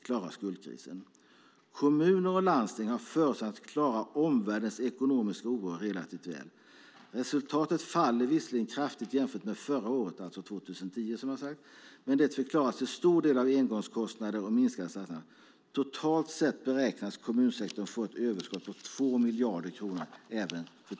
Sedan står det: Kommuner och landsting har förutsättningar att klara omvärldens ekonomiska oro relativt väl. Resultatet faller visserligen kraftigt jämfört med förra året, men det förklaras till stor del av engångskostnader och minskande statsbidrag. Totalt beräknas kommunsektorn få ett överskott på 2 miljarder.